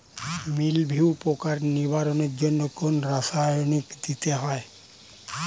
মিলভিউ পোকার নিবারণের জন্য কোন রাসায়নিক দিতে হয়?